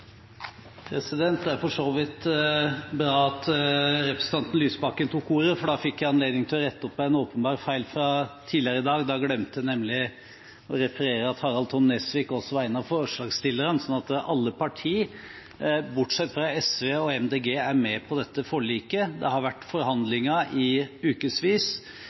Det er for så vidt bra at representanten Lysbakken tok ordet, for da fikk jeg anledning til å rette opp en åpenbar feil fra tidligere i dag. Da glemte jeg nemlig å referere at Harald T. Nesvik også var en av forslagsstillerne, sånn at alle partier, bortsett fra SV og Miljøpartiet De Grønne, er med på dette forliket. Det har vært forhandlinger i